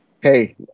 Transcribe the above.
hey